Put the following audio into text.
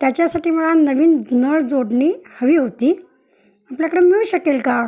त्याच्यासाठी मला नवीन नळ जोडणी हवी होती आपल्याकडं मिळू शकेल का